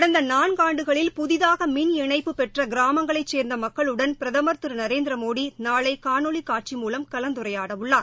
கடந்த நாள்காண்டுகளில் புதிதாக மின் இணைப்பு பெற்ற கிராமங்களைச் சேர்ந்த மக்களுடன் பிரதமர் திரு நரேந்திரமோடி நாளை காணொலி காட்சி மூலம் கலந்துரையாடவுள்ளார்